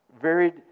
varied